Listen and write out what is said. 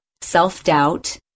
self-doubt